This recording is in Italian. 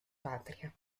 patria